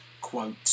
quote